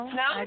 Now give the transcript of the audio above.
no